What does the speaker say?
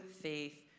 faith